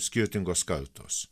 skirtingos kartos